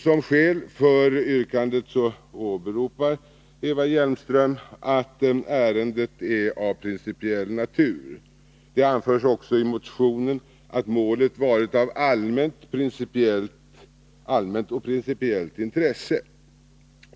Som skäl för detta yrkande åberopar Eva Hjelmström att ”ärendet är av principiell natur”. Det anförs också i motionen att målet varit av allmänt och principiellt intresse.